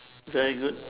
very good